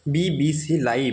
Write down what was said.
BBC live